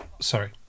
Sorry